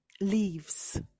leaves